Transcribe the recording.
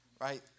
right